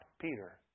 Peter